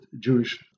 Jewish